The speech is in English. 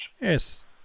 Yes